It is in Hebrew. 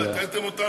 מה, הטעיתם אותנו?